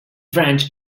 french